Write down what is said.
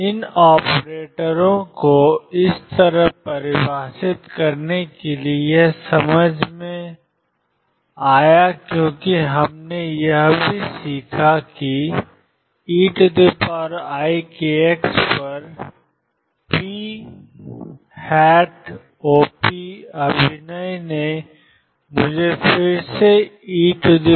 इन ऑपरेटरों को इस तरह परिभाषित करने के लिए यह समझ में आया क्योंकि हमने यह भी सीखा कि eikx पर pop अभिनय ने मुझे फिर से eikx को गति दी